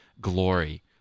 glory